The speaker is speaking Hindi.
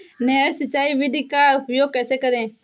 नहर सिंचाई विधि का उपयोग कैसे करें?